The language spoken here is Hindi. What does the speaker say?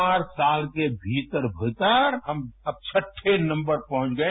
चार साल के भीतर भीतर हम अब छठे नम्बर पर पहुंच गए